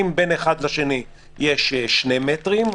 אם בין אחד לשני יש 2 מטרים,